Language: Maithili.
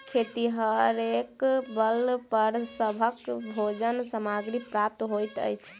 खेतिहरेक बल पर सभक भोजन सामग्री प्राप्त होइत अछि